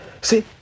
See